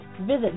visit